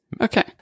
Okay